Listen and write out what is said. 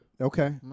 Okay